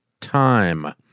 time